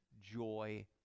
joy